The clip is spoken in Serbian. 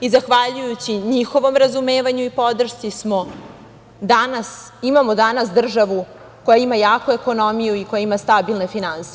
i zahvaljujući njihovom razumevanju i podršci imamo danas državu koja ima jaku ekonomiju i koja ima stabilne finansije.